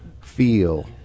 feel